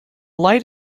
light